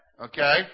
Okay